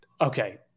okay